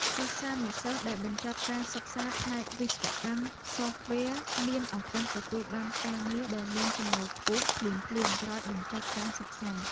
សិស្សានុសិស្សដែលបញ្ចប់ការសិក្សាផ្នែកវិស្វកម្មសូហ្វវែរមានឱកាសទទួលបានការងារដែលមានចំណូលខ្ពស់ភ្លាមៗក្រោយបញ្ចប់ការសិក្សា។